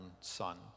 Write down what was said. son